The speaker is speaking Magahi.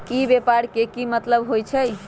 ई व्यापार के की मतलब होई छई?